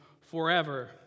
forever